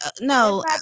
no